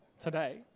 today